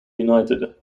united